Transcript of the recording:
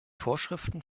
vorschriften